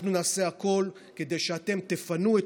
אנחנו נעשה הכול כדי שאתם תפנו את